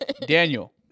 Daniel